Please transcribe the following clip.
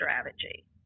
strategy